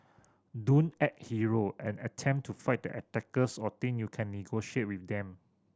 don't act hero and attempt to fight the attackers or think you can negotiate with them